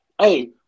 hey